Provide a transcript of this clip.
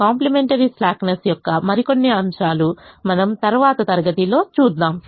complementary slackness యొక్క మరికొన్ని అంశాలు మనం తరువాతి తరగతిలో చూద్దాము